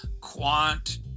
quant